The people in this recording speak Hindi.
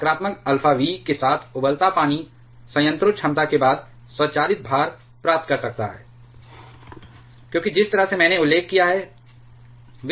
नकारात्मक अल्फा v के साथ उबलता पानी संयंत्रों क्षमता के बाद स्वचालित भार प्राप्त कर सकता है क्योंकि जिस तरह से मैंने उल्लेख किया है